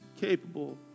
capable